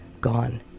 gone